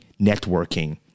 networking